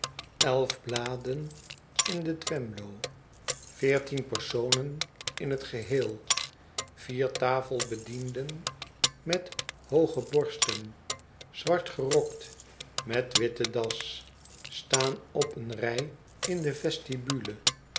elf bladen in de twemlow veertien personen in het geheel vier tafelbedienden met hooge borsten zwart gerokt met witte das staan op eene rij in de